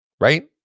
right